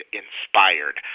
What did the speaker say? inspired